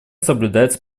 соблюдается